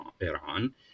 Iran